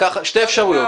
שתי אפשרויות: